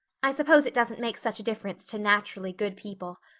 i suppose it doesn't make such a difference to naturally good people.